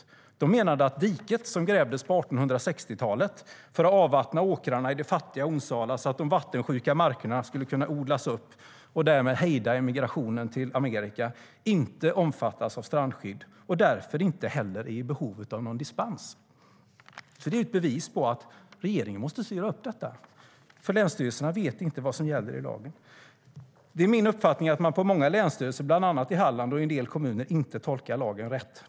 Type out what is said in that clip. Domstolen menade att diket som grävdes på 1860-talet för att avvattna åkrarna i det fattiga Onsala så att de vattensjuka markerna skulle kunna odlas upp och därmed hejda emigrationen till Amerika inte omfattas av strandskyddet och därför inte heller är i behov av dispens. Det är ett bevis på att regeringen måste styra upp lagen eftersom länsstyrelserna inte vet vad som gäller i lagen. Det är min uppfattning att man på många länsstyrelser, bland annat i Halland och i en del kommuner, inte tolkar lagen rätt.